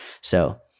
So-